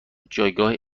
جایگاه